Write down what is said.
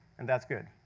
and that's good.